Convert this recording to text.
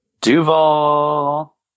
Duval